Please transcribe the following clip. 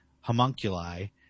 homunculi